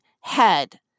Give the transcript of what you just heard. head